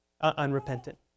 unrepentant